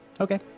Okay